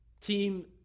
Team